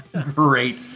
Great